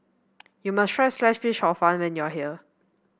you must try Sliced Fish Hor Fun when you are here